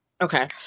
Okay